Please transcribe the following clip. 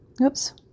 oops